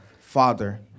Father